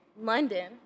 London